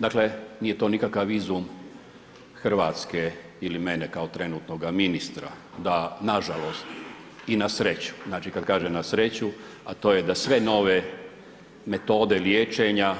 Dakle nije to nikakav izum Hrvatske ili mene kao trenutnoga ministra da nažalost i na sreću, znači kada kažem na sreću, a to je da sve nove metode liječenja